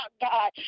God